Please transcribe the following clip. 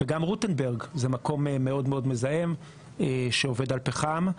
וגם רוטנברג זה מקום מאוד מזהם שעובד על פחם.